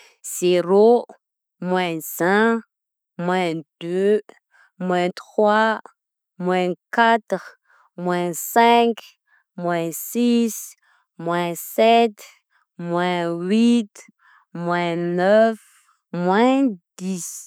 Zeró, moins un, moins deux, moins trois, moins quatre, moins cinq, moins six, moins sept, moins huit, moins neuf, moins dix